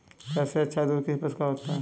सबसे अच्छा दूध किस पशु का होता है?